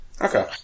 Okay